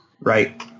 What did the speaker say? Right